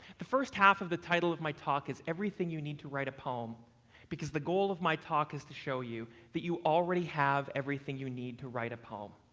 the first half of the title of my talk is everything you need to write a poem because the goal of my talk is to show you that you already have everything you need to write a poem.